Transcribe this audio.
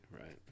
right